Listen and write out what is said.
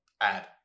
add